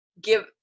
give